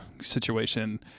situation